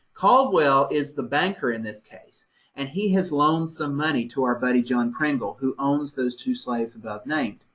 caldwell is the banker in this case and he has loaned some money to our buddy, john pringle, who owns those two slaves abovenamed.